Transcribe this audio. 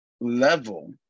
level